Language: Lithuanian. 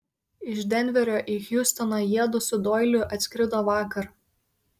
iš denverio į hjustoną jiedu su doiliu atskrido vakar